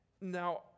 Now